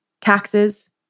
taxes